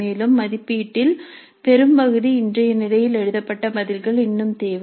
மேலும் மதிப்பீட்டில் பெரும்பகுதி இன்றைய நிலையில் எழுதப்பட்ட பதில்கள் இன்னும் தேவை